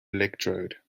electrode